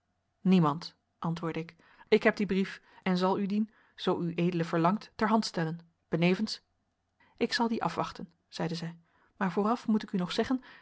niemand antwoordde ik ik heb dien brief en zal u dien zoo ued verlangt ter hand stellen benevens ik zal dien afwachten zeide zij maar vooraf moet ik u nog zeggen